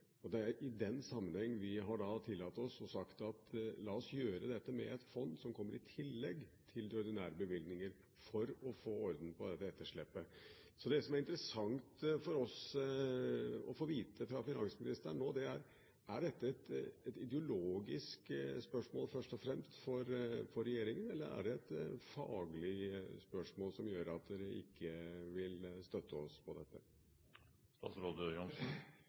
Og det er i den sammenheng vi da har tillatt oss å si: La oss gjøre dette med et fond som kommer i tillegg til de ordinære bevilgninger, for å få orden på dette etterslepet. Det som er interessant for oss å få vite av finansministeren nå, er: Er dette et ideologisk spørsmål, først og fremst, for regjeringen, eller er det et faglig spørsmål som gjør at man ikke vil støtte oss